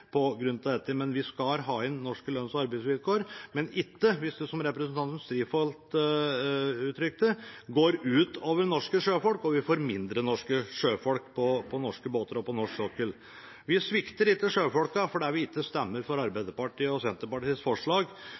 på grunn av dette. Vi skal ha inn norske lønns- og arbeidsvilkår, men ikke hvis det, som representanten Strifeldt uttrykte det, går ut over norske sjøfolk og vi får færre norske sjøfolk på norske båter og på norsk sokkel. Vi svikter ikke norske sjøfolk selv om vi ikke stemmer for Arbeiderpartiets og Senterpartiets forslag.